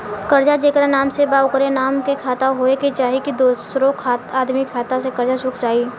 कर्जा जेकरा नाम से बा ओकरे नाम के खाता होए के चाही की दोस्रो आदमी के खाता से कर्जा चुक जाइ?